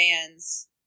fans